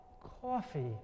coffee